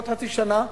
בעוד חצי שנה,